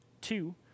Two